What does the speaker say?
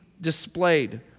displayed